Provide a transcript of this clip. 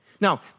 now